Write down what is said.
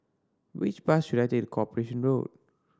which bus should I take to Corporation Road